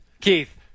Keith